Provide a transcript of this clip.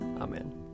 Amen